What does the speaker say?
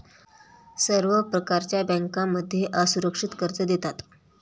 सर्व प्रकारच्या बँकांमध्ये असुरक्षित कर्ज देतात